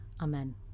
Amen